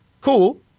Cool